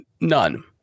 None